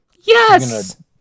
Yes